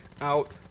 out